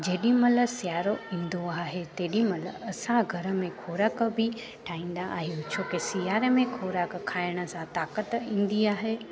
जेॾीमहिल सियारो ईंदो आहे तेॾीमहिल असां घर में खोराक बि ठाहींदा आहियूं छो की सियारे में खोराक खाइण सां ताक़त ईंदी आहे